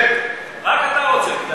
רק אתה רוצה.